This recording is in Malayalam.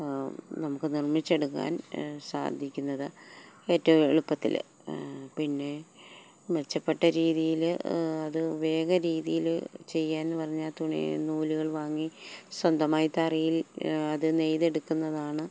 നമുക്ക് നിർമ്മിച്ചെടുക്കാൻ സാധിക്കുന്നത് ഏറ്റവും എളുപ്പത്തില് പിന്നെ മെച്ചപ്പെട്ട രീതിയില് അത് വേഗരീതിയില് ചെയ്യുകയെന്ന് പറഞ്ഞാല് തുണിയും നൂലുകളും വാങ്ങി സ്വന്തമായി തറിയിൽ അത് നെയ്തെടുക്കുന്നതാണ്